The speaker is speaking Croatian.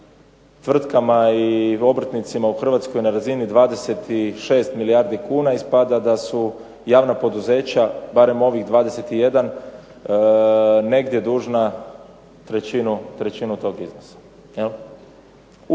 tvrtkama i obrtnicima u Hrvatskoj na razini 26 milijardi kuna ispada da su javna poduzeća barem ovih 21 negdje dužna trećinu toga iznosa.